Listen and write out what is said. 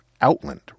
Outland